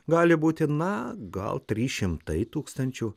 gali būti na gal trys šimtai tūkstančių